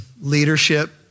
leadership